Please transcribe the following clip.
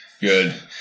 good